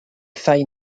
failles